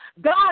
God